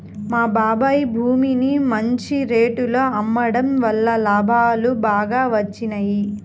మా బాబాయ్ భూమిని మంచి రేటులో అమ్మడం వల్ల లాభాలు బాగా వచ్చినియ్యి